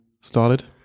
started